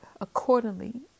accordingly